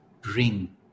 bring